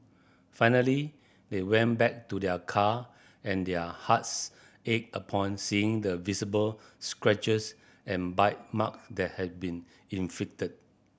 finally they went back to their car and their hearts ached upon seeing the visible scratches and bite mark that had been inflicted